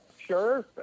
sure